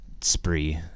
spree